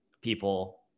people